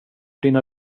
dina